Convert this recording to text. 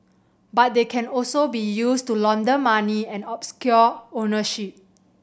but they can also be used to launder money and obscure ownership